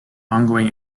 ongoing